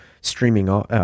streaming